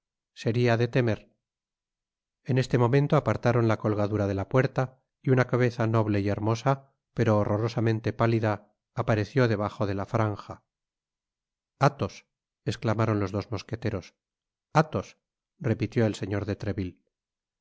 search generated at en este momento apartaron la colgadura de la puerta y una cabeza noble y hermosa pero horrorosamente pálida apareció debajo de la franja athos esclamaron los dos mosqueteros athos repitió el señor de treville